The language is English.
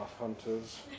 hunters